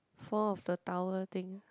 four of the tower thing